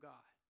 God